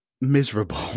miserable